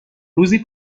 روزی